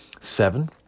seven